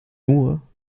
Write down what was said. nur